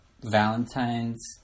Valentine's